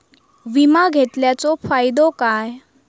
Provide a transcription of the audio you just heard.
विमा घेतल्याचो फाईदो काय?